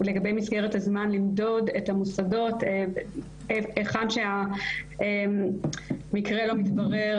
לגבי מסגרת הזמן למדוד את המוסדות היכן שהמקרה לא מתברר,